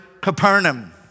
Capernaum